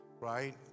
Right